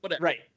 right